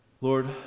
lord